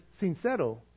sincero